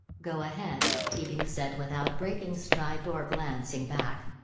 go ahead, teabing said without breaking stride or glancing back.